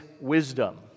wisdom